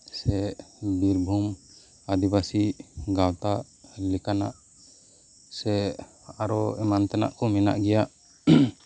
ᱥᱮ ᱵᱤᱨᱵᱷᱩᱢ ᱟᱹᱫᱤᱵᱟᱥᱤ ᱜᱟᱶᱛᱟ ᱞᱮᱠᱟᱱᱟᱜ ᱥᱮ ᱟᱨᱦᱚᱸ ᱮᱢᱟᱜ ᱛᱮᱱᱟᱜ ᱠᱚ ᱢᱮᱱᱟᱜ ᱜᱮᱭᱟ